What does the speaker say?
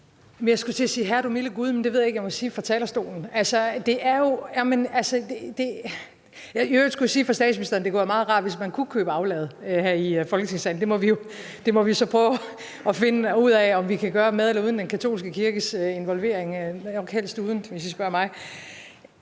Jeg skulle til at sige: Herre, du milde gud, men det ved jeg ikke om jeg må sige fra talerstolen. I øvrigt skulle jeg sige fra statsministeren, at det kunne være meget rart, hvis man kunne købe aflad her i Folketingssalen. Det må vi så prøve at finde ud af om vi kan gøre – med eller uden den katolske kirkes involvering, helst uden, hvis I spørger mig.